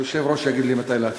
היושב-ראש יגיד לי מתי להתחיל.